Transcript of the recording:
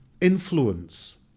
influence